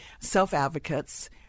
self-advocates